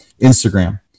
Instagram